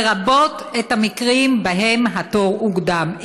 לרבות את המקרים שבהם התור הוקדם.